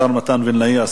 השר מתן וילנאי,